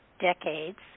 decades